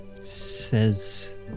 Says